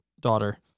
daughter